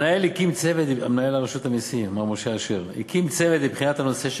מנהל רשות המסים מר משה אשר הקים צוות לבחינת הנושא,